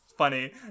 funny